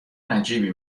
عجیبی